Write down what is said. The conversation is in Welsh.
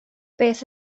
beth